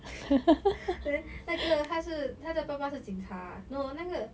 and then 那个她是他的爸爸是警察 no 那个